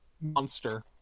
monster